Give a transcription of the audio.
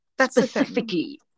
specifically